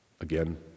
again